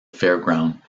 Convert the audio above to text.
fairground